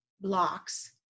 blocks